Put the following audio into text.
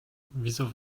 wieso